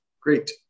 Great